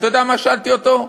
אתה יודע מה שאלתי אותו?